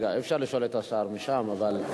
רק שנייה, רגע, אי-אפשר לשאול את השר משם, אבל,